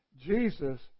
Jesus